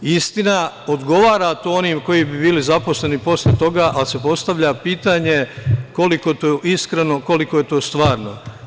Istina, odgovara to onima koji bi bili zaposleni posle toga, ali se postavlja pitanje – koliko je to iskreno, koliko je to stvarno?